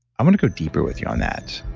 i want to go deeper with you on that.